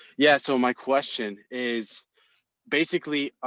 yeah. so my question is basically,